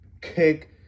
kick